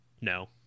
No